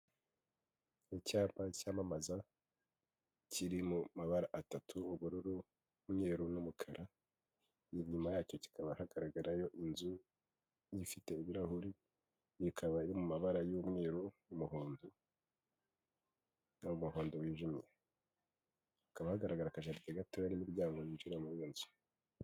Icyapa cyamamaza kiri mu mabara atatu, ubururu, umweruru, n'umukara, inyuma yacyo kitaba hagaragarayo inzu ifite ibirahuri, ikaba iri mu mabara y'umweru n'umuhondo wijimye. Hakaba hagaragara akajaride gatoya n'imiryango yinjira muri iyo nzu.